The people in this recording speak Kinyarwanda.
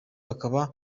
akaba